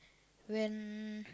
when